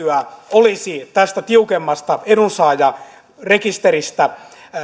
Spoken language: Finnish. olisi tästä tiukemmasta edunsaajarekisteristä